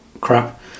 crap